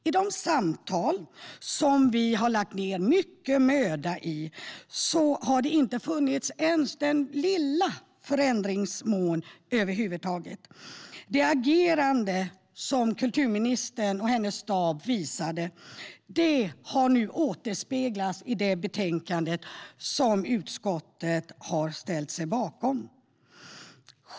I de samtal som vi har lagt ned mycket möda på har det över huvud taget inte funnits den minsta förändringsmån. Det agerande som kulturministern och hennes stab visade har nu återspeglats i det betänkande som utskottet har ställt sig bakom.